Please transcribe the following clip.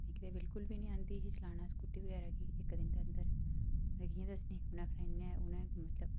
मिगी ते बिल्कुल निं आंदी ही चलाना स्कूटी बगैरा की इक्क दिन दे अंदर में कियां दस्सनी उ'नें आखना उ'नें मतलब